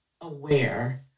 aware